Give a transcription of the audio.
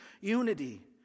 unity